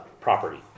property